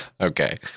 okay